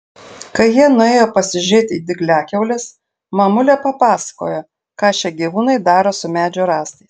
kai jie nuėjo pasižiūrėti į dygliakiaules mamulė papasakojo ką šie gyvūnai daro su medžio rąstais